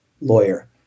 lawyer